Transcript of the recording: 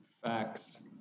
Facts